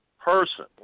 person